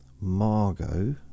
Margot